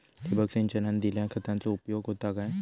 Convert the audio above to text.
ठिबक सिंचनान दिल्या खतांचो उपयोग होता काय?